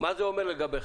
מה זה אומר לגביך?